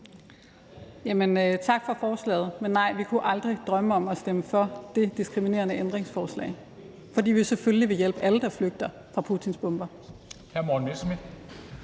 tak for forslaget. Men nej, vi kunne aldrig drømme om at stemme for det diskriminerende ændringsforslag, fordi vi selvfølgelig vil hjælpe alle, der flygter fra Putins bomber.